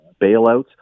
bailouts